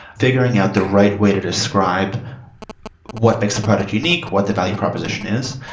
figuring out the right way to describe what makes a product unique, what the value proposition is,